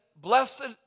Blessed